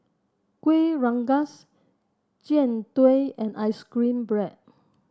Kueh Rengas Jian Dui and ice cream bread